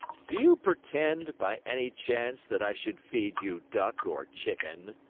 do you pretend, by any chance, that i should feed you duck or chicken?